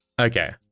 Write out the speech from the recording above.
Okay